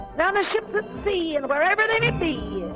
but um ships at sea and wherever they may be,